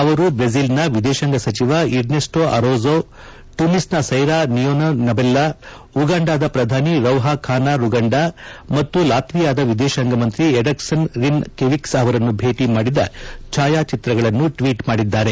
ಅವರು ಬ್ರೆಜಿಲ್ನ ವಿದೇಶಾಂಗ ಸಚಿವ ಇರ್ನೇಸ್ಟೋ ಅರೌಜೋ ಟುನೀಸ್ನ ಸೈರಾ ನಿಯೋನೆನಬೆಲ್ಲಾ ಉಗಾಂಡದ ಪ್ರಧಾನಿ ರೌಹಾಖಾನಾ ರುಗಂಡ ಮತ್ತು ಲಾತ್ವಿಯಾದ ವಿದೇಶಾಂಗ ಮಂತ್ರಿ ಎಡರ್ಗ್ಸ್ರಿನ್ ಕೆವಿಕ್ಸ್ ಅವರನ್ನು ಭೇಟಿ ಮಾಡಿದ ಛಾಯಾಚಿತ್ರಗಳನ್ನು ಟ್ವೀಟ್ ಮಾಡಿದ್ದಾರೆ